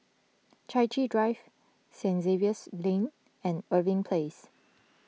Chai Chee Drive Saint Xavier's Lane and Irving Place